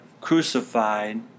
crucified